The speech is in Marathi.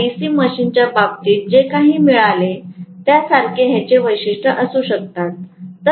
तर मला DC मशीनच्या बाबतीत जे काही मिळाले त्यासारखेच ह्याचे वैशिष्ट्ये असू शकतात